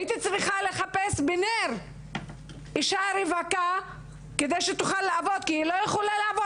הייתי צריכה לחפש בנרות אישה רווקה כדי שתוכל לעבוד,